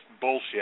bullshit